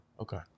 Okay